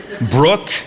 Brooke